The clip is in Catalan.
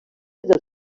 del